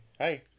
Hi